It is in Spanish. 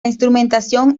instrumentación